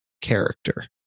character